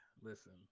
Listen